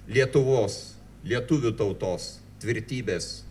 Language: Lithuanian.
lietuvos lietuvių tautos tvirtybės